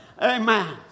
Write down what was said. Amen